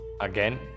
again